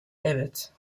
evet